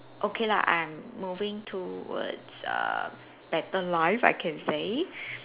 okay lah I'm moving towards a better life I can say